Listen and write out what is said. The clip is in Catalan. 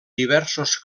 diversos